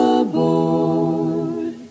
aboard